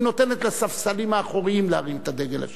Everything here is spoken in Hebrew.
אז היא נותנת לספסלים האחוריים להרים את הדגל השחור.